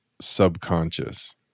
subconscious